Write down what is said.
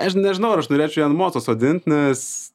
aš nežinau ar aš norėčiau ant moto sodint nes